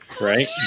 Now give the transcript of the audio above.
Right